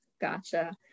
Gotcha